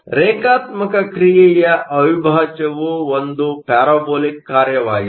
ಆದ್ದರಿಂದ ರೇಖಾತ್ಮಕ ಕ್ರಿಯೆಯ ಅವಿಭಾಜ್ಯವು ಒಂದು ಪ್ಯಾರಾಬೋಲಿಕ್ ಕಾರ್ಯವಾಗಿದೆ